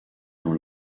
dans